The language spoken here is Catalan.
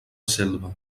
selva